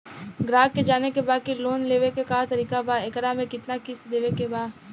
ग्राहक के जाने के बा की की लोन लेवे क का तरीका बा एकरा में कितना किस्त देवे के बा?